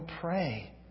pray